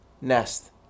Nest